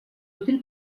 útil